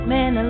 Man